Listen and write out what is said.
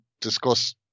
discuss